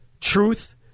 truth